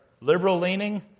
liberal-leaning